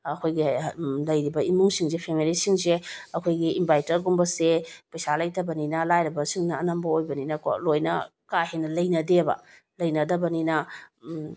ꯑꯩꯈꯣꯏꯒꯤ ꯂꯩꯔꯤꯕ ꯏꯃꯨꯡꯁꯤꯡꯁꯦ ꯐꯦꯃꯤꯂꯤꯁꯤꯡꯁꯦ ꯑꯩꯈꯣꯏꯒꯤ ꯏꯟꯕꯥꯏꯇꯔꯒꯨꯝꯕꯁꯦ ꯄꯩꯁꯥ ꯂꯩꯇꯕꯅꯤꯅ ꯂꯥꯏꯔꯕꯁꯤꯡꯅ ꯑꯅꯝꯕ ꯑꯣꯏꯕꯅꯤꯅꯀꯣ ꯂꯣꯏꯅ ꯀꯥ ꯍꯦꯟꯅ ꯂꯩꯅꯗꯦꯕ ꯂꯩꯅꯗꯕꯅꯤꯅ